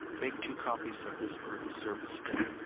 make two copies of this proof of service form.